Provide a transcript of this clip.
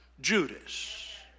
Judas